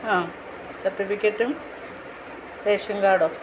ആ സർട്ടിഫിക്കറ്റും റേഷൻ കാർഡോ